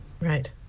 Right